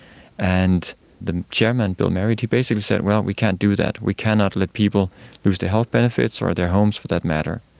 and the chairman, bill marriott, he basically said, well, we can't do that, we cannot let people lose their health benefits or their homes for that matter.